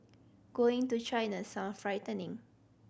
going to China sound frightening